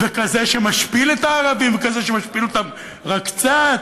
וכזה שמשפיל את הערבים וכזה שמשפיל אותם רק קצת.